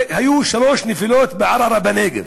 היו שלוש נפילות בערערה בנגב,